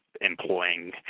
employing